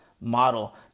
model